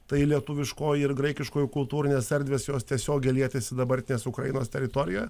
tai lietuviškoji ir graikiškuoji kultūrinės erdvės jos tiesiogiai lietėsi dabartinės ukrainos teritorijoje